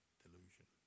delusion